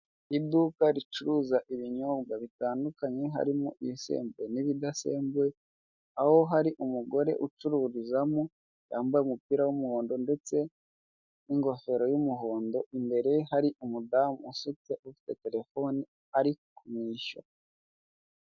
Iduka ricuruza ibinyobwa bitandukanye harimo imisembuye n'ibidasembuye, aho hari umugore ucururizamo yambaye umupira w'umuhondo ndetse n'ingofero y'umuhondo, imbere hari umudamu usutse, ufite telefone ari kumwishyura.